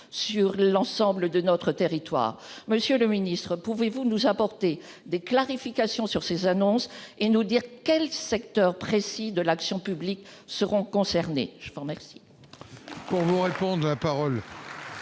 sur l'ensemble de notre territoire, monsieur le ministre, pouvez-vous nous apporter des clarifications sur ces annonces et nous dire quels secteurs précis de l'action publique seront concernés par merci.